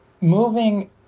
moving